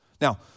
Now